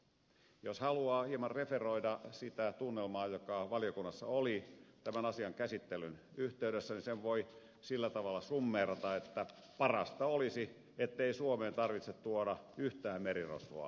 jos haluaa hieman referoida sitä tunnelmaa joka valiokunnassa oli tämän asian käsittelyn yhteydessä niin sen voi sillä tavalla summeerata että parasta olisi ettei suomeen tarvitse tuoda yhtään merirosvoa tuomittavaksi